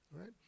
Right